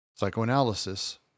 Psychoanalysis